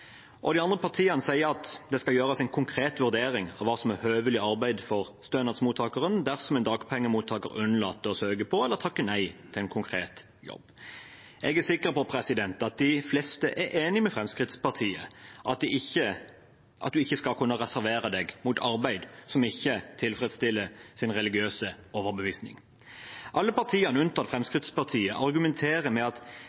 De andre partiene sier at det skal gjøres en konkret vurdering av hva som er høvelig arbeid for stønadsmottakeren, dersom en dagpengemottaker unnlater å søke på eller takker nei til en konkret jobb. Jeg er sikker på at de fleste er enig med Fremskrittspartiet i at man ikke skal kunne reservere seg mot arbeid som ikke tilfredsstiller ens religiøse overbevisning. Alle partiene, unntatt Fremskrittspartiet, argumenterer med at